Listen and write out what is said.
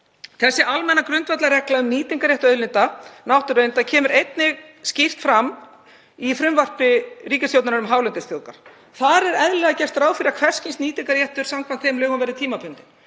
Þessi almenna grundvallarregla um nýtingarrétt náttúruauðlinda kemur einnig skýrt fram í frumvarpi ríkisstjórnarinnar um hálendisþjóðgarð. Þar er eðlilega gert ráð fyrir að hvers kyns nýtingarréttur samkvæmt þeim lögum verði tímabundinn.